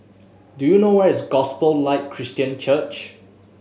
do you know where is Gospel Light Christian Church